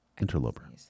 Interloper